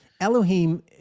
Elohim